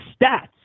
stats